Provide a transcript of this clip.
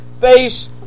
face